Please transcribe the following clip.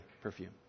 perfume